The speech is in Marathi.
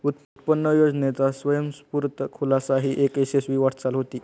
उत्पन्न योजनेचा स्वयंस्फूर्त खुलासा ही एक यशस्वी वाटचाल होती